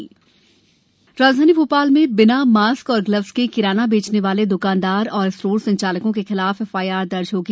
mask FIR राजधानी भोपाल में बिना मास्क और ग्लब्स के किराना बेचने वाले द्रकानदार और स्टोर संचालकों के खिलाफ एफआईआर दर्ज होगी